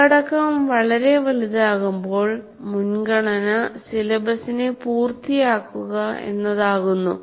ഉള്ളടക്കം വളരെ വലുതാകുമ്പോൾ മുൻഗണന സിലബസിനെ പൂർത്തിയാക്കുക എന്നതാകുന്നു